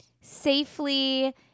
safely